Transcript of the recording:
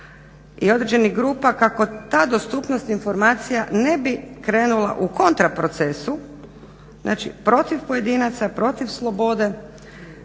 i određenih grupa kako ta dostupnost informacija ne bi krenula u kontra procesu, znači protiv pojedinaca, protiv slobode